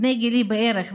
בני גילי בערך,